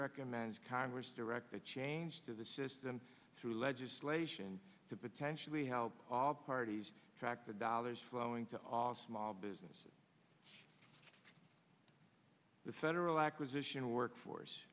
recommends congress direct the change to the system through legislation to potentially help all parties track the dollars flowing to all small businesses the federal acquisition workforce